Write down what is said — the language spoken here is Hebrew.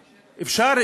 אפשר?